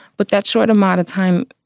but that short amount of time,